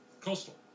coastal